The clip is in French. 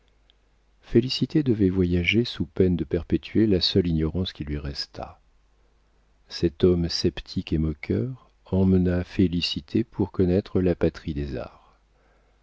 félicité devait voyager sous peine de perpétuer la seule ignorance qui lui restât cet homme sceptique et moqueur emmena félicité pour connaître la patrie des arts